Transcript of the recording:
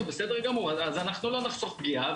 בסדר גמור, אז אנחנו לא נחסוך פגיעה.